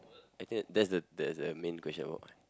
I think that's the that's the main question about what